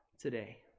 today